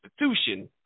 institution